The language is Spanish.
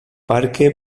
parque